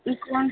इ कौन